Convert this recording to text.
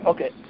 Okay